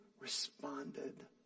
responded